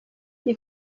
you